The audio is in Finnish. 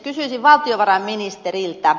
kysyisin valtiovarainministeriltä